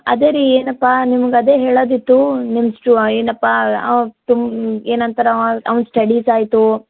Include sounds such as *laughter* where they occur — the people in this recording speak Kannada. ಅದೇ ರೀ ಏನಪ್ಪ ನಿಮ್ಗ ಅದೇ ಹೇಳೋದು ಇತ್ತು ನಿಮ್ಮ ಸ್ವ ಏನಪ್ಪ *unintelligible* ಏನು ಅಂತರ ಅವ್ನ್ ಸ್ಟಡೀಸ್ ಆಯಿತು